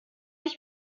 ich